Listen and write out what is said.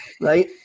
right